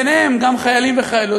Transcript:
ביניהם גם חיילים וחיילות,